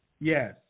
Yes